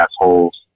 assholes